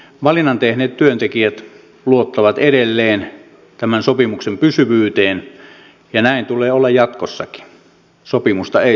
valinnan tehneet työntekijät luottavat edelleen tämän sopimuksen pysyvyyteen ja näin tulee olla jatkossakin sopimusta ei saa rikkoa